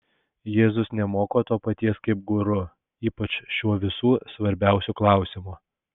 jėzus nemoko to paties kaip guru ypač šiuo visų svarbiausiu klausimu